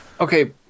Okay